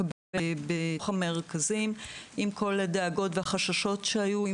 קהל בתוך המרכזים, עם כל הדאגות והחששות שהיו.